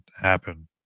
happen